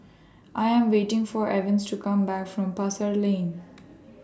I Am waiting For Evans to Come Back from Pasar Lane